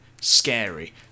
scary